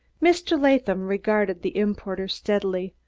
mr. latham regarded the importer steadily,